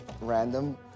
random